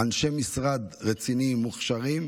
אנשי משרד רציניים, מוכשרים,